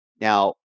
Now